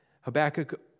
Habakkuk